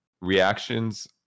reactions